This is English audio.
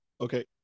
Okay